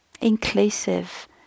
inclusive